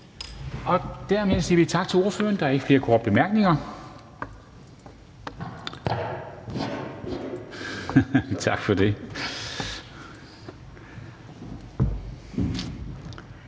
Tak for det, og tak til ordføreren. Der er ikke flere korte bemærkninger. Så er det